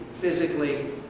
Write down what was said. physically